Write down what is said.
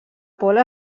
pola